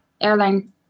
airline